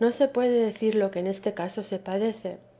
no se puede decir lo que en este caso se padece